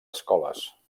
escoles